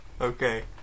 Okay